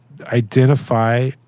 identify